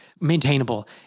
maintainable